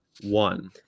one